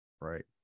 right